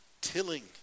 tilling